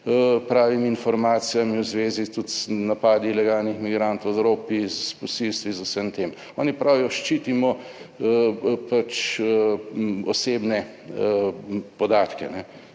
pravimi informacijami v zvezi tudi z napadi ilegalnih migrantov v Evropi, s posilstvi, z vsem tem. Oni pravijo, ščitimo pač osebne podatke.